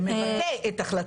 זה מבטא את החלטת הממשלה.